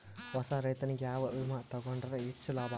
ಹೊಸಾ ರೈತನಿಗೆ ಯಾವ ವಿಮಾ ತೊಗೊಂಡರ ಹೆಚ್ಚು ಲಾಭ ಆಗತದ?